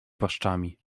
paszczami